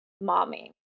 mommy